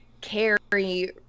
carry